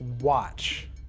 watch